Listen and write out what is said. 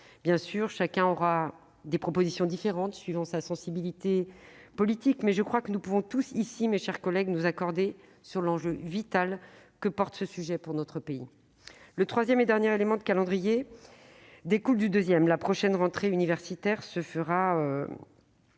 Bien sûr, chacun promouvra des propositions différentes, suivant sa sensibilité politique, mais je crois que nous pouvons tous ici nous accorder sur l'enjeu vital que représente ce sujet pour notre pays. Le troisième et dernier élément de calendrier découle du deuxième : la prochaine rentrée universitaire se fera